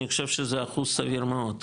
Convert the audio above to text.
אני חושב שזה אחוז סביר מאוד,